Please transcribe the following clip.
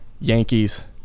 Yankees